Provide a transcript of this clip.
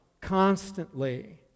constantly